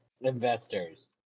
investors